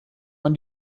man